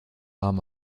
haben